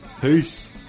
Peace